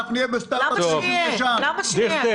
אנחנו נהיה --- אבל למה שיהיה?